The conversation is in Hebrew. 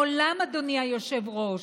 אדוני היושב-ראש,